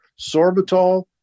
sorbitol